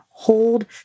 Hold